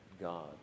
God